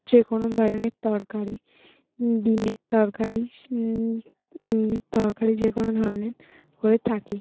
যেকোনো ধরনের তরকারি ডিমের তরকারি স এমনি তরকারি যেকোনো ধরনের করে থাকি